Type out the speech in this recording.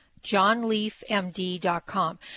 Johnleafmd.com